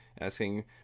asking